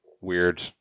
weird